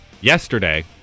yesterday